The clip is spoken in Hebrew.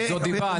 זאת דיבה.